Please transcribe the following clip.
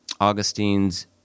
Augustine's